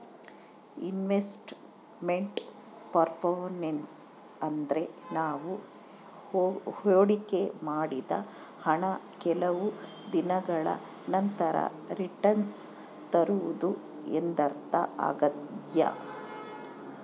invest made performance ಅಂದ್ರೆ ನಾವು ಹೊಡಿಕೆ ಮಾಡಿದ ಹಣ ಕೆಲವು ದಿನಗಳ ನಂತರ ರಿಟನ್ಸ್ ತರುವುದು ಎಂದರ್ಥ ಆಗ್ಯಾದ